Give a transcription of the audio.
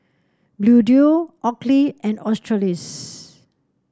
Bluedio Oakley and Australis